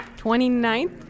29th